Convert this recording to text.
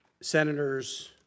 Senators